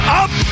up